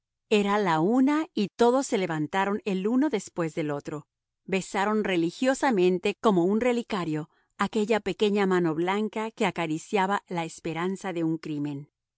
era la una y todos se levantaron el uno después del otro besaron religiosamente como un relicario aquella pequeña mano blanca que acariciaba la esperanza de un crimen